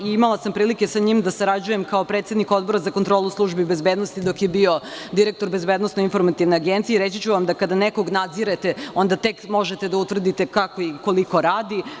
Imala sam prilike sa njim da sarađujem kao predsednik Odbora za kontrolu službi bezbednosti dok je bio direktor BIA i reći ću vam, da kada nekog nadzirete onda tek možete da utvrdite kako i koliko radi.